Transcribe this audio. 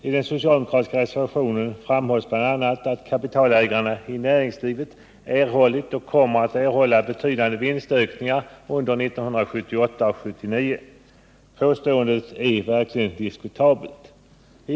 I den ena socialdemokratiska reservationen framhålls bl.a. att kapitalägarna i näringslivet erhållit och kommer att erhålla betydande vinstökningar under 1978 och 1979. Påståendet är verkligen diskutabelt.